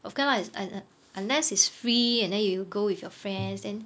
okay lah if un~ un~ unless is free and then you go with your friends then